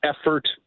effort